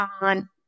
on